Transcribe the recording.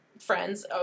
friends